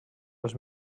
els